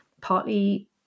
partly